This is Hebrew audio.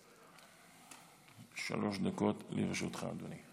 שלוש דקות לרשותך, אדוני.